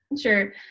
sure